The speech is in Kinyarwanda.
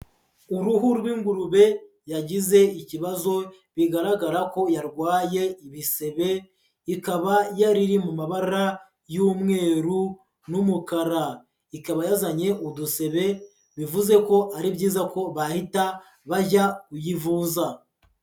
Uruhu rw'ingurube yagize ikibazo bigaragara ko yarwaye ibisebe, ikaba yari iri mu mabara y'umweru n'umukara, ikaba yazanye udusebe bivuze ko ari byiza ko bahita bajya kuyivuza.